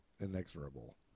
inexorable